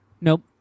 Nope